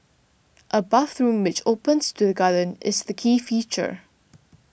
a bathroom which opens to the garden is the key feature